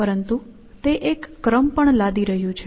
પરંતુ તે એક ક્રમ પણ લાદી રહ્યો છે